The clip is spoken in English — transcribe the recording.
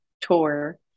tour